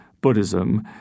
Buddhism